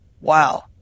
Wow